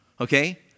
Okay